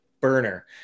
burner